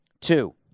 Two